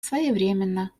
своевременно